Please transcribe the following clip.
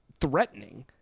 threatening